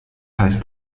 heißt